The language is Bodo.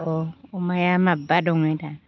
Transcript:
अ अमाया मा बा दङ दा